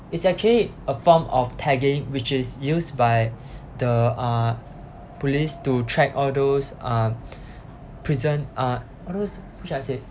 it's actually a form of tagging which is used by the uh police to track all those uh prison uh all those who should I say